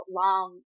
long